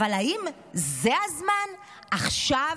אבל האם זה הזמן, עכשיו,